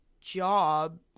job